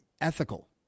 ethical